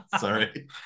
Sorry